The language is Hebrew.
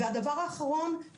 והדבר האחרון,